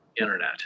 internet